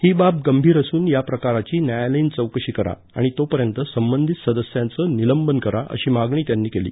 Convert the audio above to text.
ही बाब गंभीर असून या प्रकाराची न्यायालयीन चौकशी करा आणि तोपर्यंत संबंधित सदस्यांचे निलंबन करा अशी मागणी त्यांनी केली